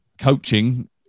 coaching